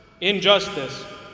injustice